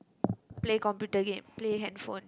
play computer game play handphone